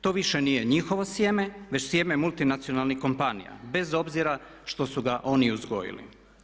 To više nije njihovo sjeme već sjeme multinacionalnih kompanija bez obzira što su ga oni uzgojili.